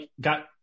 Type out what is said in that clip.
got